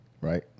right